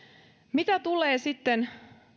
mitä tulee sitten